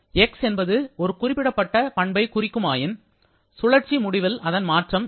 'x' என்பது ஒரு குறிப்பிடப்பட்ட பண்பை குறிக்குமாயின் சுழற்சியின் முடிவில் அதன் மாற்றம் 0